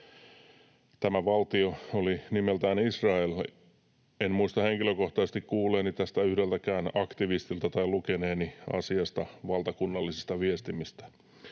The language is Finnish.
Tämä valtio oli nimeltään Israel. En muista henkilökohtaisesti kuulleeni tästä yhdeltäkään aktivistilta tai lukeneeni asiasta valtakunnallisista viestimistä.